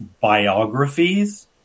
biographies